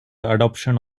adoption